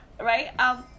right